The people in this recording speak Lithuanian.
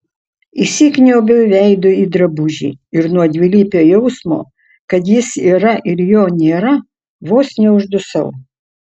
įsikniaubiau veidu į drabužį ir nuo dvilypio jausmo kad jis yra ir jo nėra vos neuždusau